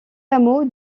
hameau